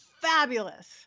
fabulous